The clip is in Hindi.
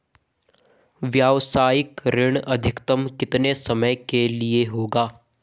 व्यावसायिक ऋण अधिकतम कितने समय के लिए होगा?